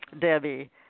Debbie